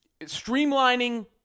streamlining